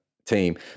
team